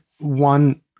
one